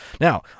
Now